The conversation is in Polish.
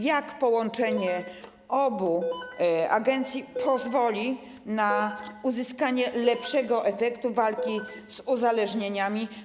Jak połączenie obu agencji pozwoli na uzyskanie lepszego efektu walki z uzależnieniami?